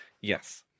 yes